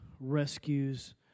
Rescues